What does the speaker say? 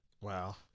Wow